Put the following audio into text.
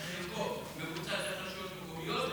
חלקו מבוצע דרך הרשויות המקומיות,